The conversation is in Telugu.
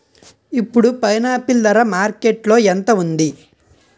ఇప్పుడు పైనాపిల్ ధర మార్కెట్లో ఎంత ఉంది?